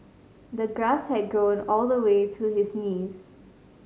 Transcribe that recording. the grass had grown all the way to his knees